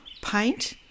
paint